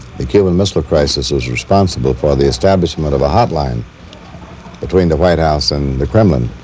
the cuban missile crisis was responsible for the establishment of a hotline between the white house and the kremlin